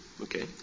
Okay